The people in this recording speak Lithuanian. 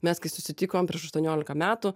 mes kai susitikom prieš aštuoniolika metų